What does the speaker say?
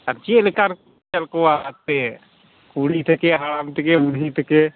ᱟᱨ ᱪᱮᱫ ᱞᱮᱠᱟᱱ ᱧᱮᱞ ᱠᱚᱣᱟ ᱮᱱᱛᱮᱫ ᱠᱩᱲᱤ ᱛᱷᱮᱠᱮ ᱦᱟᱲᱟᱢ ᱛᱷᱮᱠᱮ ᱵᱩᱲᱦᱤ ᱛᱷᱮᱠᱮ